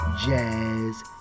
jazz